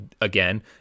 again